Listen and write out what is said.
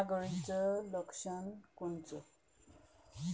नाग अळीचं लक्षण कोनचं?